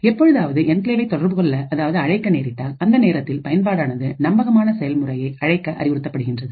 எப்பொழுதாவது என்கிளேவை தொடர்பு கொள்ள அதாவது அழைக்க நேரிட்டால் அந்த நேரத்தில் பயன்பாடானது நம்பகமான செயல்முறையை அழைக்க அறிவுறுத்தப்படுகின்றது